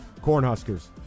Cornhuskers